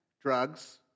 drugs